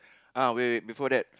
ah wait wait before that